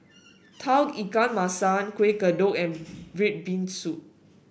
Tauge Ikan Masin Kueh Kodok and red bean soup